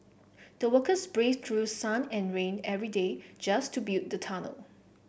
the workers braved through sun and rain every day just to build the tunnel